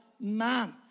man